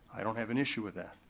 i don't have an issue with that.